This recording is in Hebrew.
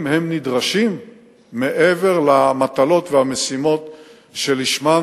הם נדרשים מעבר למטלות ולמשימות שלשמן